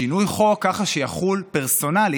שינוי חוק ככה שיחול פרסונלית,